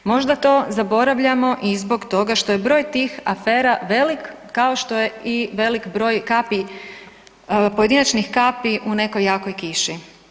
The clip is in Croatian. Možda to zaboravljamo i zbog toga što je broj tih afera velik kao što je velik broj pojedinačnih kapi u nekoj jakoj kiši.